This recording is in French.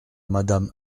madame